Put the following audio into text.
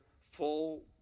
full